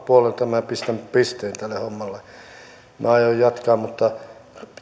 puoleltani pistän pisteen tälle hommalle minä aion jatkaa mutta